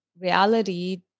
reality